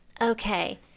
Okay